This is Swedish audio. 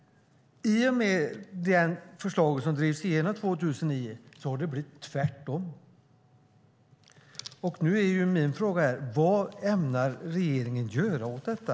I och med det förslag som drevs igenom 2009 har det blivit tvärtom. Nu är min fråga: Vad ämnar regeringen göra åt detta?